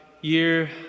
year